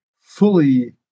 fully